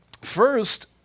first